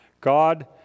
God